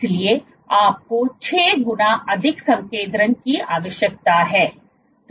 इसलिए आपको 6 गुना अधिक संकेंद्रण की आवश्यकता है